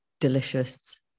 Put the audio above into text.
delicious